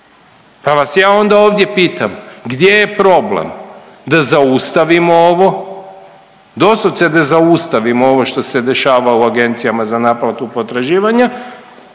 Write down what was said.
Pa vas ja onda ovdje pitam, gdje je problem da zaustavimo ovo, doslovce da zaustavimo ovo što se dešava u agencijama za naplatu potraživanja?